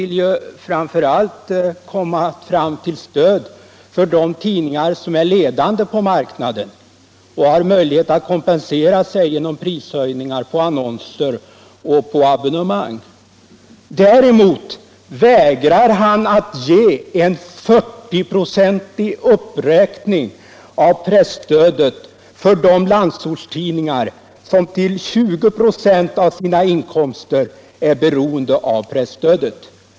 Herr talman! Till herr Werner i Malmö vill jag säga att det gör mig litet ont att höra honom argumentera mot presstödet och anta att det förslag han lägger fram skulle kunna ha några positiva verkningar. Han vill ju framför allt komma fram till stöd för de tidningar som är ledande på marknaden och har möjlighet att kompensera sig genom prishöjningar på annonser och abonnemang. Däremot vägrar han att vara med om en 40-procentig uppräkning av presstödet för de landsortstidningar som till 20 26 av sina inkomster är beroende av presstödet.